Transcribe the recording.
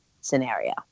scenario